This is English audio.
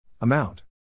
Amount